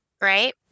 right